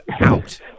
out